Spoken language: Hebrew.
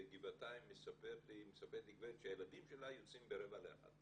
בגבעתיים מספרת לי גברת שהילדים שלה יוצאים ברבע לאחת.